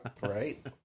Right